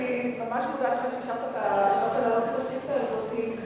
ממש מודה לך על שאישרת להעלות את השאילתא הזאת.